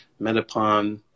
Metapon